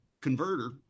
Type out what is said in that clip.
converter